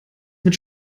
mit